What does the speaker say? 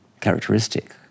characteristic